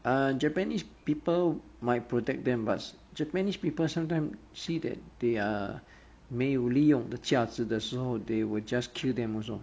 uh japanese people might protect them but japanese people sometime see that they are 没有利用的价值的时候 they were just kill them also